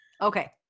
Okay